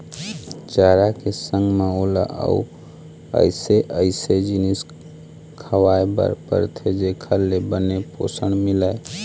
चारा के संग म ओला अउ अइसे अइसे जिनिस खवाए बर परथे जेखर ले बने पोषन मिलय